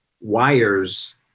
wires